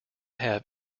have